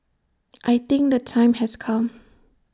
I think the time has come